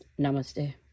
Namaste